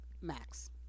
Max